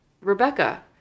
Rebecca